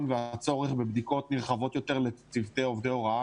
והצורך בבדיקות נרחבות לצוותי עובדי הוראה,